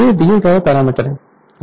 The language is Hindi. ये दिए गए पैरामीटर हैं